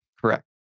Correct